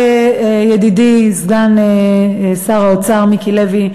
ידידי סגן שר האוצר מיקי לוי,